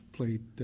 played